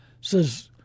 says